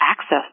access